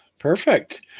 Perfect